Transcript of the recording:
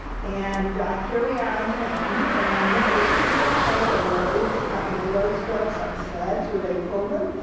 and here we are on the mountain. and nowadays, people carry their loads on the low slopes on sleds where they pull them,